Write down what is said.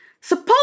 suppose